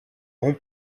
rond